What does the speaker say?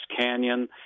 Canyon